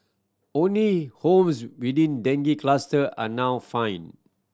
only homes within dengue cluster are now fined